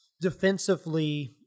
defensively